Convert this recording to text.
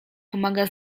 pomaga